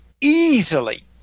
easily